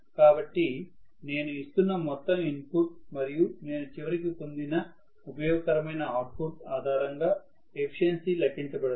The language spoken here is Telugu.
కాబట్టి నేను ఇస్తున్న మొత్తం ఇన్పుట్ మరియు నేను చివరికి పొందిన ఉపయోగకరమైన అవుట్పుట్ ఆధారంగా ఎఫిషియన్సీ లెక్కించబడుతుంది